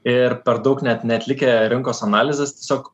ir per daug net neatlikę rinkos analizės tiesiog